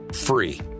free